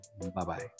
Bye-bye